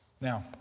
Now